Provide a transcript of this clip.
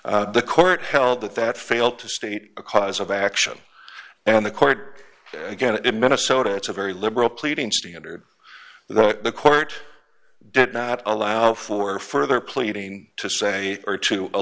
guilt the court held that that failed to state a cause of action and the court again in minnesota it's a very liberal pleading standard that the court did not allow for further pleading to say or to a